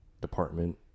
department